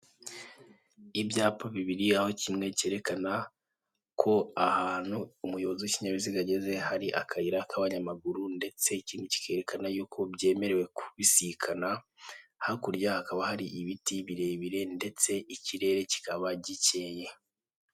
Ibyapa bibiri aho kimwe kerekana ko ahantu umuyobozi w'ikinyabiziga ageze hari akayira k'abanyamaguru, ndetse ikindi kikerekena y'uko byemerewe kubisikana, hakurya hakaba hari ibiti birebire ndetse ikirere kikaba gikeye.